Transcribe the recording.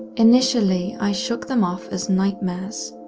initially, i shook them off as nightmares,